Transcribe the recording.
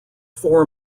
four